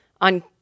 On